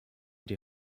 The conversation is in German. die